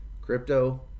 crypto